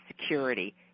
security